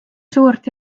suurt